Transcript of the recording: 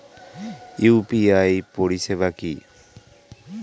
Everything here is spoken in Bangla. ইউ.পি.আই পরিষেবা কি?